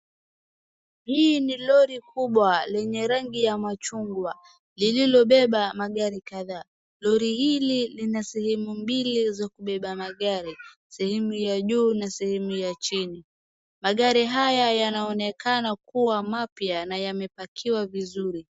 Hii ni lori kubwa lenye rangi ya machungwa lililobeba magari kadhaa. Lori hili lina sehemu mbili za kubeba magari, sehemu ya juu na sehemu ya chini. Magari haya yanaonekana kuwa mapya na yamepakiwa vizuri.